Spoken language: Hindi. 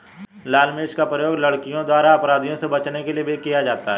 लाल मिर्च का प्रयोग लड़कियों द्वारा अपराधियों से बचने के लिए भी किया जाता है